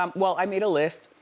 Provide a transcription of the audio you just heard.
um well, i made a list.